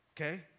Okay